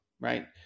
right